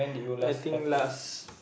I think last